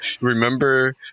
remember